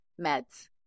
meds